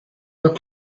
were